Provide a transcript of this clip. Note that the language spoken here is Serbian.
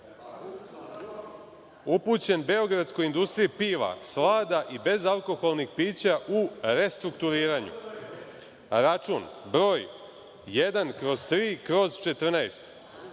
upućen „Beogradskoj industriji piva, slada i bezalkoholnih pića“ u restrukturiranju, račun broj 1/3/14,